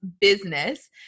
business